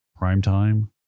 Primetime